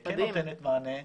כן נותנת מענה.